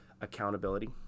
accountability